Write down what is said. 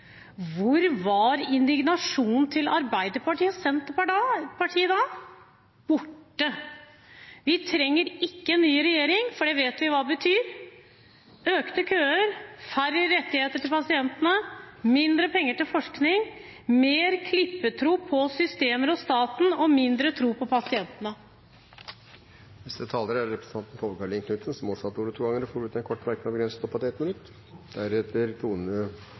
Hvor var indignasjonen til Arbeiderpartiet og Senterpartiet da? Borte. Vi trenger ikke en ny regjering, for vi vet hva det betyr – økte køer, færre rettigheter til pasientene, mindre penger til forskning, mer klippetro på systemer og staten og mindre tro på pasientene. Representanten Tove Karoline Knutsen har hatt ordet to ganger tidligere og får ordet til en kort merknad, begrenset til 1 minutt.